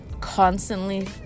constantly